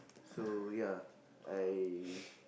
so ya I